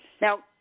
Now